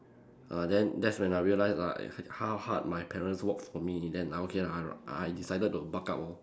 err then that's when I realised like how hard my parents worked for me then I okay lah I I decided to buck up lor